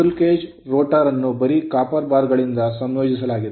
squirrel cage rotor ಅನ್ನು ಬರಿ copper bar ಗಳಿಂದ ಸಂಯೋಜಿಸಲಾಗಿದೆ